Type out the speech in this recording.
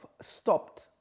Stopped